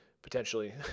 Potentially